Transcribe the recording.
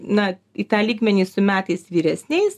na į tą lygmenį su metais vyresniais